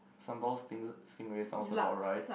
sambal sting stingray sounds about right